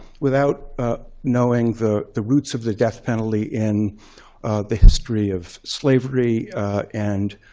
without knowing the the roots of the death penalty in the history of slavery and